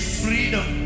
freedom